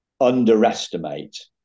underestimate